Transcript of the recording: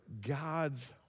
God's